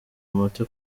umuti